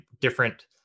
different